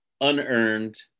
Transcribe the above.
unearned